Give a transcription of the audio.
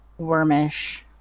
wormish